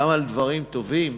גם על דברים טובים,